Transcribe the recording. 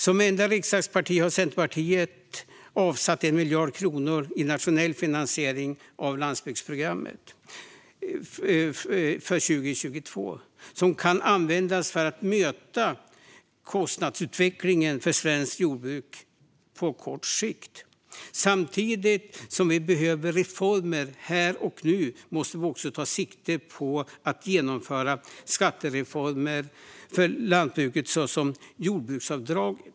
Som enda riksdagsparti har Centerpartiet avsatt 1 miljard kronor i nationell medfinansiering till landsbygdsprogrammet 2022, som kan användas för att möta kostnadsutvecklingen för svenskt jordbruk på kort sikt. Samtidigt som vi behöver reformer här och nu måste vi också ta sikte på att genomföra skattereformer för lantbruket, såsom jordbruksavdrag.